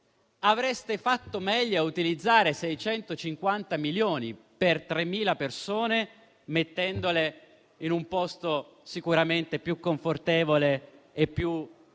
Avreste fatto meglio a utilizzare 650 milioni per 3.000 persone mettendole in un posto sicuramente più confortevole e più